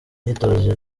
imyitozo